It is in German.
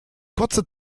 kurze